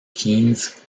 keynes